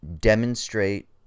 demonstrate